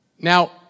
Now